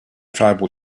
tribal